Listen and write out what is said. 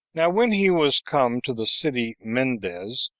now when he was come to the city mendes,